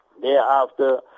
Thereafter